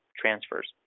Transfers